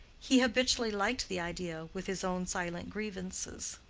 he habitually liked the idea with his own silent grievances.